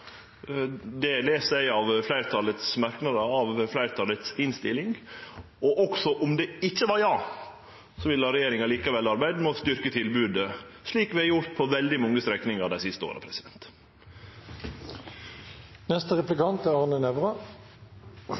det les eg av merknadene og innstillinga frå fleirtalet. Også om det ikkje var ja, ville regjeringa arbeidd med å styrkje tilbodet, slik vi har gjort på veldig mange strekningar dei siste åra. Jeg synes det er